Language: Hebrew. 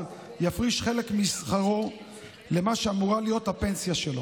יפריש חלק משכרו למה שאמורה להיות הפנסיה שלו.